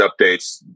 updates